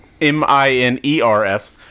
M-I-N-E-R-S